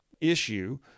issue